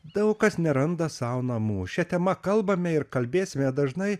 daug kas neranda sau namų šia tema kalbame ir kalbėsime dažnai